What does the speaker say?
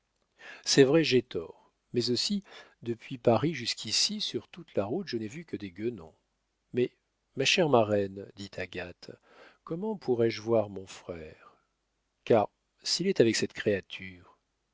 c'est vrai j'ai tort mais aussi depuis paris jusqu'ici sur toute la route je n'ai vu que des guenons mais ma chère marraine dit agathe comment pourrais-je voir mon frère car s'il est avec cette créature